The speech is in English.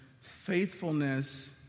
faithfulness